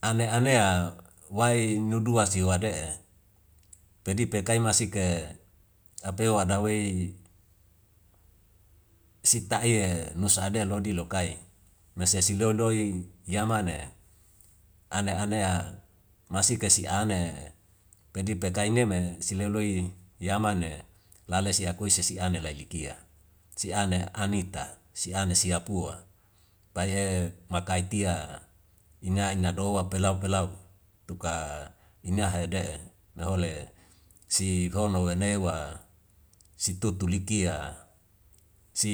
Ane anea wai nidua si wade'e pedi pekai masik apeu ada wei siktai'e nus ade lodi lokai masi asi loloi yaman'e ane anea masik kasi ane pedi pekai neme sile loi yaman'e lale si akui sesi ane lai likia si ane anita si ane si apua pai makai tia ina inado wa pelau pelau tuka ina hede na hole si hono wanewa si toto likia si